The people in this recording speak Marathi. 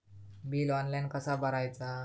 बिल ऑनलाइन कसा भरायचा?